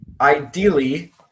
Ideally